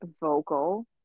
vocal